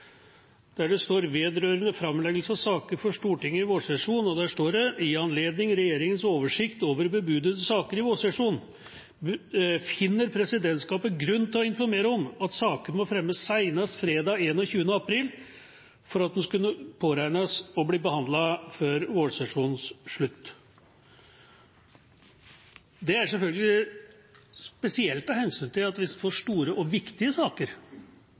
der det står: I anledning regjeringas oversikt over bebudede saker i vårsesjonen finner presidentskapet grunn til å informere om at sakene må fremmes senest fredag 21. april for at de skal kunne påregnes å bli behandlet før vårsesjonens slutt. Det er selvfølgelig spesielt av hensyn til at hvis man får store og viktige saker,